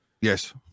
Yes